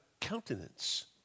countenance